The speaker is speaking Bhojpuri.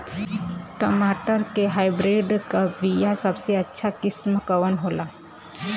टमाटर के हाइब्रिड क बीया सबसे अच्छा किस्म कवन होला?